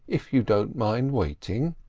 if you don't mind waiting.